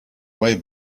way